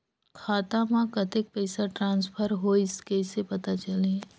खाता म कतेक पइसा ट्रांसफर होईस कइसे पता चलही?